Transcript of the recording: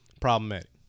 Problematic